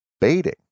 baiting